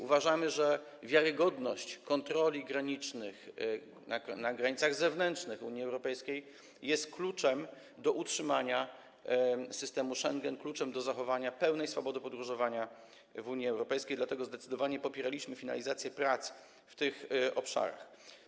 Uważamy, że wiarygodność kontroli granicznych na granicach zewnętrznych Unii Europejskiej jest kluczem do utrzymania systemu Schengen, kluczem do zachowania pełnej swobody podróżowania w Unii Europejskiej, dlatego zdecydowanie popieraliśmy finalizację prac w tych obszarach.